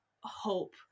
hope